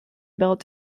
built